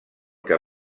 que